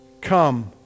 come